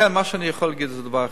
לכן מה שאני יכול להגיד זה דבר אחד: